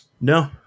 No